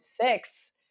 six